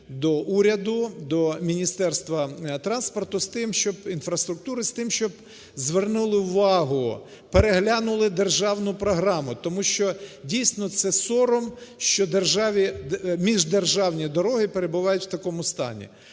до уряду, до Міністерства інфраструктури з тим, щоб звернули увагу, переглянули державну програму. Тому що, дійсно, це сором що міждержавні дороги перебувають в такому стані.